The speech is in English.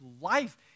life